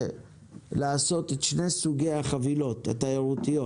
לעשות את שני סוגי החבילות התיירותיות